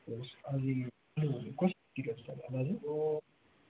कसरी किलो छ दाजु